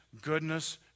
goodness